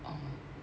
oh